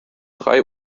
drei